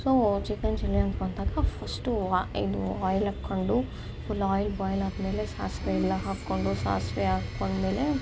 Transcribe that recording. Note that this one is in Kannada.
ಸೊ ಚಿಕ್ಕನ್ ಚಿಲ್ಲಿ ಅಂತ ಬಂದಾಗ ಫಸ್ಟು ಇದು ಆಯಿಲ್ ಹಾಕೊಂಡು ಫುಲ್ ಆಯಿಲ್ ಬಾಯ್ಲ್ ಆದಮೇಲೆ ಸಾಸಿವೆ ಎಲ್ಲ ಹಾಕೊಂಡು ಸಾಸಿವೆ ಹಾಕೊಂಡ್ಮೇಲೆ